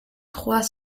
trois